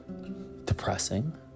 depressing